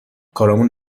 کارامون